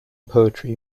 poetry